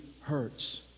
hurts